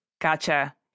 Gotcha